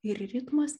ir ritmas